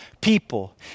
people